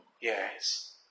Yes